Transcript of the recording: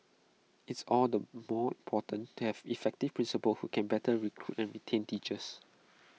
it's all the more important to have effective principals who can better recruit and retain teachers